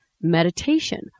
meditation